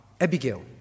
Abigail